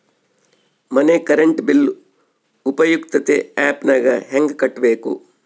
ಮನೆ current bill ಉಪಯುಕ್ತತೆ app ನಾಗ ಹೆಂಗ ಕಟ್ಟಬೇಕು?